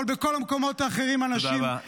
אבל בכל המקומות האחרים אנשים נהרגו.